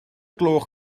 gloch